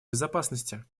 безопасности